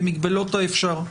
במגבלות האפשר.